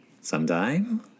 sometime